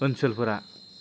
ओनसोलफोरा